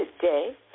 Today